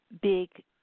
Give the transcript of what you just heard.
big